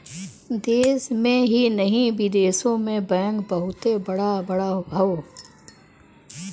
देश में ही नाही बिदेशो मे बैंक बहुते बड़ा बड़ा हौ